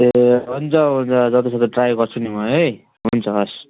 ए हुन्छ हुन्छ जतिसक्दो ट्राई गर्छु नि म है हुन्छ हवस्